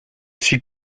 suis